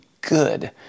good